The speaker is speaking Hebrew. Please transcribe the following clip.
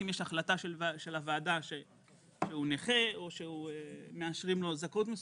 אם יש החלטה של הוועדה שהוא נכה או שמאשרים לו זכאות מסוימת,